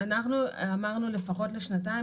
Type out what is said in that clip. אנחנו אמרנו לפחות לשניים,